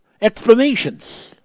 explanations